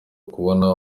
kubona